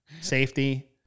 Safety